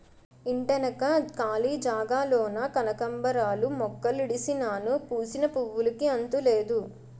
ఇంటెనక కాళీ జాగాలోన కనకాంబరాలు మొక్కలుడిసినాను పూసిన పువ్వులుకి అంతులేదు